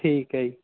ਠੀਕ ਹੈ ਜੀ